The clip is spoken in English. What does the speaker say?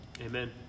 Amen